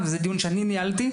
וזה דיון שאני ניהלתי,